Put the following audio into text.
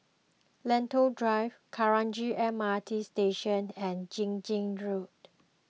Lentor Drive Kranji M R T Station and Fiji Road